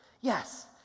yes